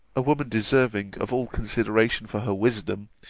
a woman deserving of all consideration for her wisdom,